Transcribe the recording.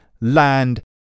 land